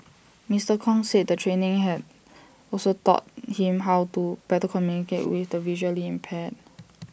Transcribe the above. Mister Kong said the training has also taught him how to better communicate with the visually impaired